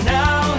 now